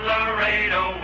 Laredo